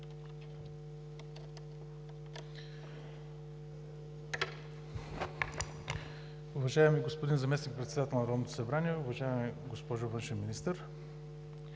Уважаеми господин Заместник-председател на Народното събрание, уважаема госпожо Външен министър!